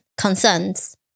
concerns